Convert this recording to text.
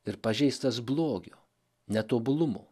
ir pažeistas blogio netobulumo